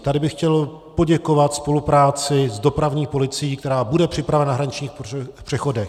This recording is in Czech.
Tady bych chtěl poděkovat za spolupráci s dopravní policií, která bude připravena na hraničních přechodech.